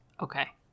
Okay